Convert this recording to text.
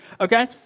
Okay